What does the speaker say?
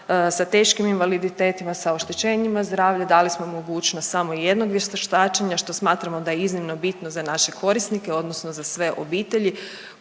sa teškim invaliditetima, sa oštećenjima zdravlja, dali smo mogućnost samo jednog vještačenja, što smatramo da je iznimno bitno za naše korisnike, odnosno za sve obitelji